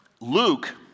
Luke